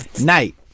night